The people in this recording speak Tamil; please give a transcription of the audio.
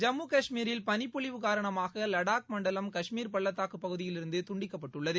ஜம்மு கஷ்மீரில் பனிப்பொழிவு காரணமாக லடாக் மண்டலம் கஷ்மீர் பள்ளத்தாக்குப் பகுதியிலிருந்து துண்டிக்கப்பட்டுள்ளது